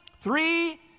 three